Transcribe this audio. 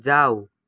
जाऊ